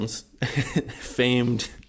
famed